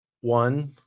one